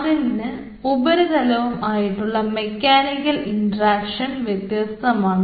അതിന് ഉപരിതലവും ആയിട്ടുള്ള മെക്കാനിക്കൽ ഇൻട്രാക്ഷൻ വ്യത്യസ്തമാണ്